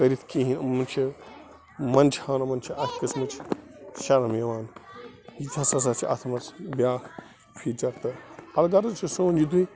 کٔرِتھ کِہیٖنۍ یِمہٕ چھِ منٛدچھان یِمَن چھِ اَکہِ قٕسمٕچ شَرم یِوان یہِ تہِ ہَسا چھِ اَتھ منٛز بیاکھ فیٖچَر تہٕ الغرض چھُ سون یِتُے